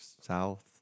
South